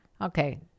Okay